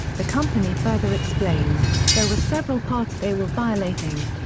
the company further explained, there were several parts they were violating.